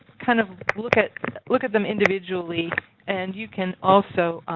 kind of look at look at them individually and you can also